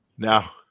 Now